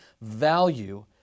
value